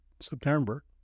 September